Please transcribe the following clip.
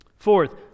Fourth